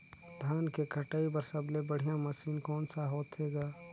धान के कटाई बर सबले बढ़िया मशीन कोन सा होथे ग?